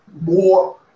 more